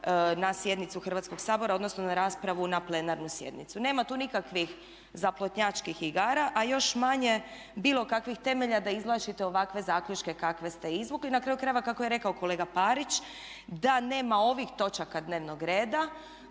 na sjednicu Hrvatskog sabora, odnosno na raspravu na plenarnu sjednicu. Nema tu nikakvih zaplotnjačkih igara, a još manje bilo kakvih temelja da izvlačite ovakve zaključke kakve ste izvukli. Na kraju krajeva kako je rekao kolega Parić, da nema ovih točaka dnevnog reda